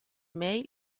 mail